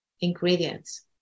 ingredients